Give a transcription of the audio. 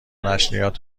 نشریات